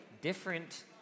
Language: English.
Different